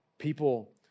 People